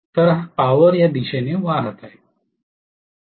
तर पॉवर या दिशेने वाहत आहे